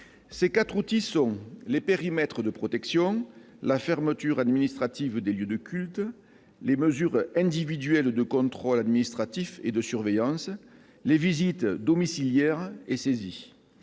Ces quatre outils sont les périmètres de protection ; la fermeture administrative des lieux de culte ; les mesures individuelles de contrôle administratif et de surveillance ; enfin, les visites domiciliaires et saisies.